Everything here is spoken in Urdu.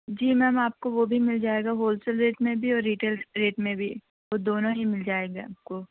جی میم آپ کو وہ بھی مل جائے گا ہول سیل ریٹ میں بھی اور رٹیلس ریٹ میں بھی دونوں ہی مل جائے گا آپ کو